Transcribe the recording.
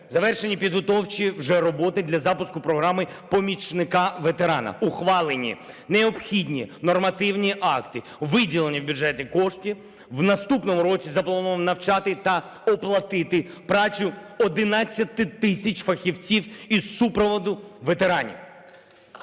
Завершені підготовчі вже роботи для запуску програми "Помічник ветерана". Ухвалені необхідні нормативні акти, виділені в бюджеті кошти. У наступному році заплановано навчати та оплатити працю 11 тисяч фахівців із супроводу ветеранів.